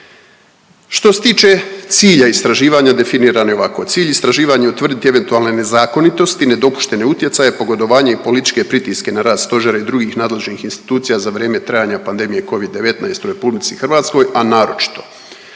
Što se tiče cilja istraživanja, definirano je ovako. Cilj istraživanja je utvrditi eventualne nezakonitosti, nedopuštene utjecaje, pogodovanja i političke pritiske na rad stožera i drugih nadležnih institucija za vrijeme trajanja pandemije Covid-19 u RH, a naročito